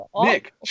Nick